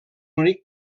únic